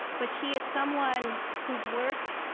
but she is someone whose work